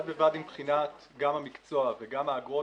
בד בבד עם בחינת גם המקצוע וגם האגרות